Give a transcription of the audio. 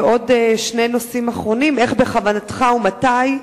ועוד שני נושאים אחרונים: איך בכוונתך, ומתי,